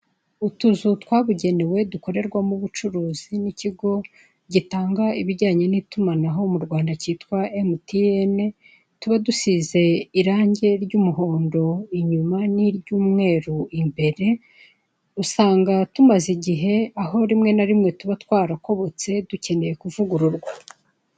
Utuzu twabugenewe, dukorerwamo ubucuruzi n'ikigo gitanga ibijyanye n'itumahano mu Rwand, cyitwa emutiyene, tuba dusize irange ry'umuhondo inyuma n'iry'umweru imbere, usanga tumaze igihe, aho rimwe na rimwe tuba twarakobotse, dukeneye kuvugururwa.